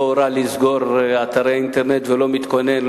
לא הורה לסגור אתרי אינטרנט ולא מתכונן,